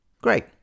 Great